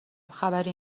خبری